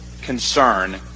concern